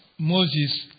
Moses